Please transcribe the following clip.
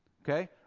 Okay